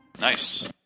Nice